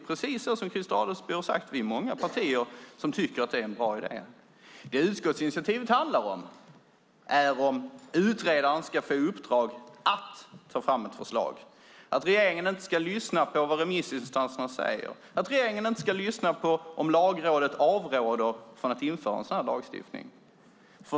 Precis som Christer Adelsbo säger är vi många partier som tycker att det är en bra idé. Det utskottsinitiativet handlar om är att utredaren ska få i uppdrag att ta fram ett förslag, att regeringen inte ska lyssna på vad remissinstanserna säger och att regeringen inte ska lyssna om Lagrådet avråder från att införa en sådan här lagstiftning.